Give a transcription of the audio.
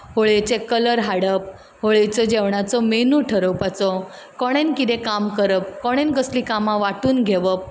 होळयेचे colour हाडप होळयेच्या जेवणाचो मेनू ठरोवपाचो कोणेंन कितें काम करप कोणेंन कसली कामां वांटून घेवप